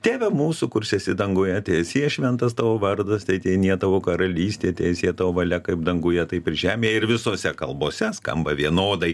tėve mūsų kurs esi danguje teesie šventas tavo vardas teateinie tavo karalystė teesie tavo valia kaip danguje taip ir žemėje ir visose kalbose skamba vienodai